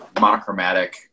monochromatic